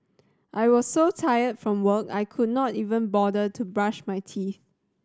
I was so tired from work I could not even bother to brush my teeth